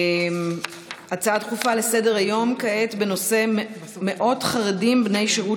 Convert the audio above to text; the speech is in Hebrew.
הצעות דחופות לסדר-היום בנושא: מאות חרדים בני שירות